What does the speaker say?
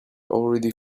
already